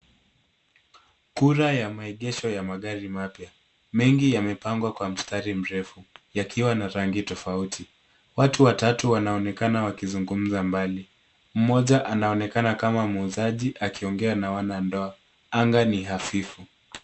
Kura ya maegesho ya magari mapya mengi yamepangwa kwa mstari mrefu yakiwa na rangi tofauti. Watu watatu wanaonekana wakizungumza mbali. Mmoja anaonekana kama muuzaji akiongea na wanandoa. Anga ni hafifu.